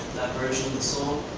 version of the song,